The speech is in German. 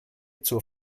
zur